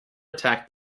attack